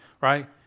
right